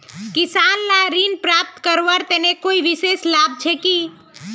किसान लाक ऋण प्राप्त करवार तने कोई विशेष लाभ छे कि?